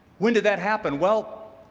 when did that happen? well,